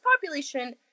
population